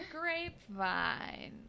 grapevine